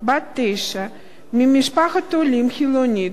בעקבות פניות רבות שהתקבלו בלשכתי בשנים האחרונות.